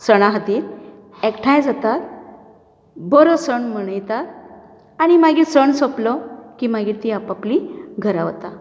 सणा खातीर एकठांय जातात बरो सण मनयतात आनी मागीर सण सोंपलो की मागीर आपआपली घरा वतात